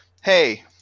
hey